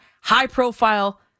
high-profile